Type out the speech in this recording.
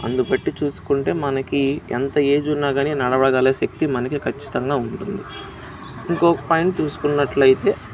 దానిబట్టి చూసుకుంటే మనకి ఎంత ఏజ్ ఉన్నా కానీ నడవగల శక్తి మనకి ఖచ్చితంగా ఉంటుంది ఇంకొక పాయింట్ చూసుకున్నట్టయితే